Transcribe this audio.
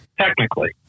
Technically